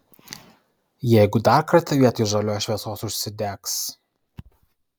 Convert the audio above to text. jeigu dar kartą vietoj žalios šviesos užsidegs